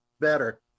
better